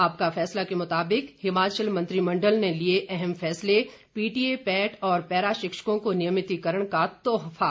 आपका फैसला के मुताबिक हिमाचल मंत्रिमंडल ने लिए अहम फैसले पीटीए पैट और पैरा शिक्षकों को नियमितीकरण का तोहफा